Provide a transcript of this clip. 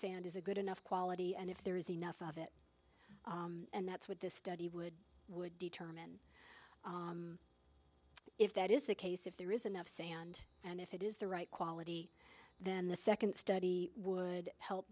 sand is a good enough quality and if there is enough of it and that's what this study would would determine if that is the case if there is enough sand and if it is the right quality then the second study would help